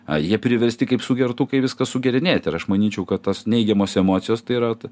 a jie priversti kaip sugertukai viską sugerinėt ir aš manyčiau kad tos neigiamos emocijos tai yra ta